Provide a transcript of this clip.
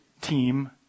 team